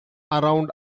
around